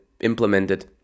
implemented